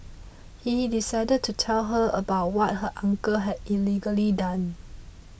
he decided to tell her about what her uncle had allegedly done